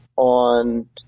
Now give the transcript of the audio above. on